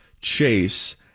chase